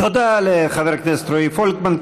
תודה לחבר הכנסת רועי פולקמן.